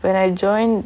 when I join